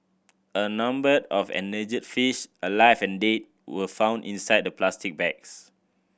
a number of endangered fish alive and dead were found inside the plastic bags